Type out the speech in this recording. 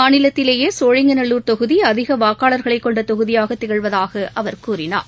மாநிலத்திலேயே சோழிங்கநல்லூர் தொகுதி அதிக வாக்காளர்களைக் கொண்ட தொகுதியாக திகழ்வதாகக் அவர் கூறினார்